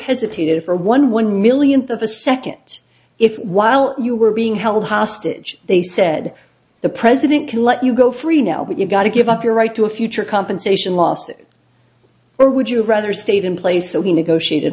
esitated for one one millionth of a second if while you were being held hostage they said the president can let you go free now but you've got to give up your right to a future compensation lawsuit or would you rather stayed in place so we negotiated